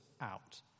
out